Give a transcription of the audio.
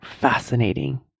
fascinating